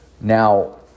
Now